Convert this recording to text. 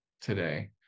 today